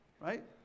right